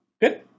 Good